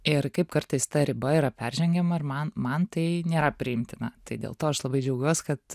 ir kaip kartais ta riba yra peržengiama ir man man tai nėra priimtina tai dėl to aš labai džiaugiuos kad